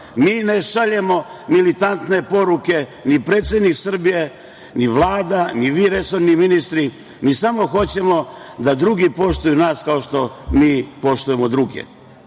Mi ne šaljemo militantne poruke, ni predsednik Srbije, ni Vlada, ni vi resorni ministri. Mi samo hoćemo da drugi poštuju nas kao što mi poštujemo druge. Nikada